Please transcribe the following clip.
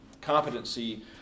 competency